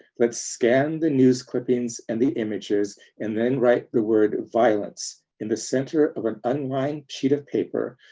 let's scan the news clippings and the images, and then write the word violence in the center of an unlined sheet of paper,